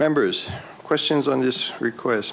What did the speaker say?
members questions on this requests